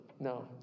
No